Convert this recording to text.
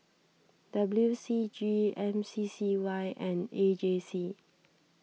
W C G M C C Y and A J C